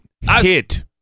hit